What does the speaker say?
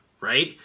right